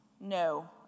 no